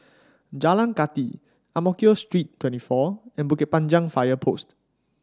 Jalan Kathi Ang Mo Kio Street twenty four and Bukit Panjang Fire Post